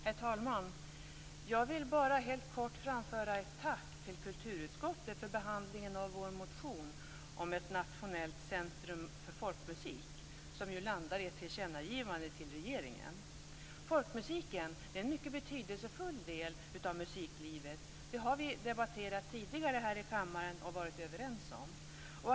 Herr talman! Jag vill bara helt kort framföra ett tack till kulturutskottet för behandlingen av vår motion om ett nationellt centrum för folkmusik, som landar i ett tillkännagivande till regeringen. Folkmusiken är en mycket betydelsefull del av musiklivet. Det har vi debatterat tidigare här i kammaren och varit överens om.